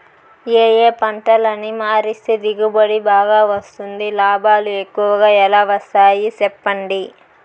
ఏ ఏ పంటలని మారిస్తే దిగుబడి బాగా వస్తుంది, లాభాలు ఎక్కువగా ఎలా వస్తాయి సెప్పండి